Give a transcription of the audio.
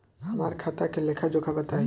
हमरा खाता के लेखा जोखा बताई?